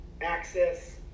access